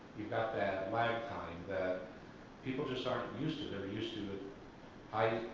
you've got that lifetime, that people just aren't used, they're used to the high